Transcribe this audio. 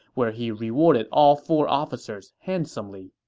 where he rewarded all four officers handsomely